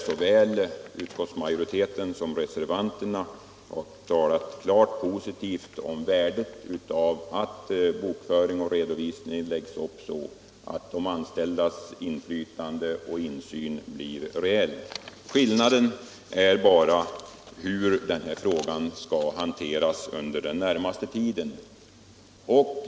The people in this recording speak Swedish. Såväl utskottsmajoriteten som reservanterna har uttalat sig klart positivt om värdet av att bokföring och redovisning läggs upp så att de anställdas inflytande och insyn blir reella. Skillnaden i uppfattningen gäller bara hur denna fråga skall hanteras under den närmaste tiden.